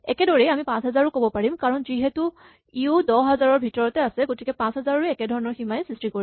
একেদৰেই আমি ৫০০০ ও ক'ব পাৰিম কাৰণ যিহেতু ইয়ো ১০০০০ ৰ ভিতৰত আছে গতিকে ৫০০০ য়েও একেধৰণৰ সীমাৰ সৃষ্টিয়ে কৰিব